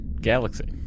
galaxy